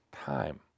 time